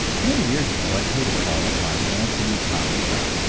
many years ago i paid a call upon anthony comstock,